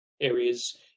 areas